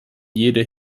jede